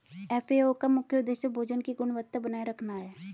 FAO का मुख्य उदेश्य भोजन की गुणवत्ता बनाए रखना है